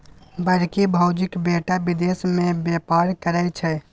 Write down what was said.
बड़की भौजीक बेटा विदेश मे बेपार करय छै